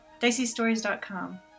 DiceyStories.com